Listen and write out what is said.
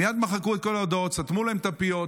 מייד מחקו את כל ההודעות, סתמו להם את הפיות.